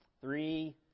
three